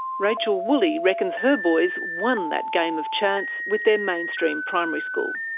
rachel woolley reckons her boys won that game of chance with their mainstream primary school.